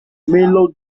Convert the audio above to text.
milo